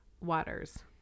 waters